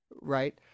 Right